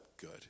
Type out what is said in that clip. good